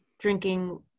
drinking